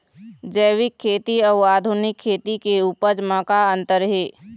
जैविक खेती अउ आधुनिक खेती के उपज म का अंतर हे?